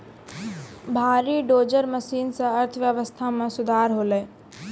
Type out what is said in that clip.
भारी dozer machine सें अर्थव्यवस्था मे सुधार होलय